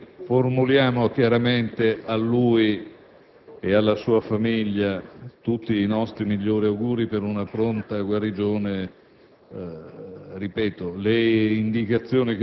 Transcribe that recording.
l'evoluzione delle sue condizioni fisiche; formuliamo a lui e alla sua famiglia tutti i nostri migliori auguri per una pronta guarigione.